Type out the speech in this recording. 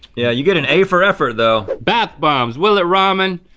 yeah, you get an a for effort though. bath bombs, will it ramen?